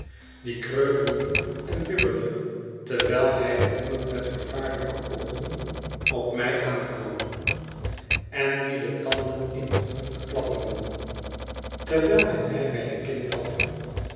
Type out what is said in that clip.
die kreupel liep en bibberde terwijl hij brommend met vervaarlijke oogen op mij aankwam en wien de tanden in het hoofd klapperden terwijl hij mij bij de kin vatte